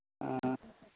हाँ